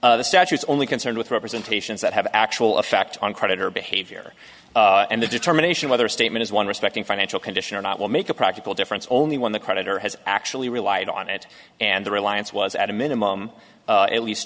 statue is only concerned with representations that have actual effect on credit or behavior and the determination whether a statement is one respecting financial condition or not will make a practical difference only when the creditor has actually relied on it and the reliance was at a minimum at least